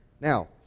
Now